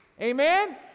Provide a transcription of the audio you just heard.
amen